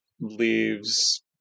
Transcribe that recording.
leaves